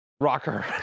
rocker